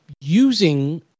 using